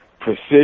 precision